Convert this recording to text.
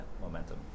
momentum